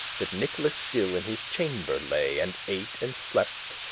that nicholas still in his chamber lay, and ate, and slept,